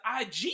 IG